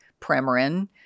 Premarin